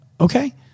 Okay